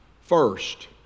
first